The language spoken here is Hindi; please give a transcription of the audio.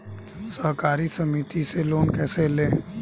सहकारी समिति से लोन कैसे लें?